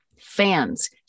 fans